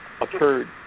occurred